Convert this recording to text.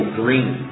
green